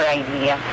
idea